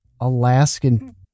Alaskan